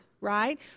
right